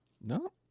No